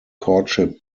courtship